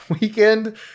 weekend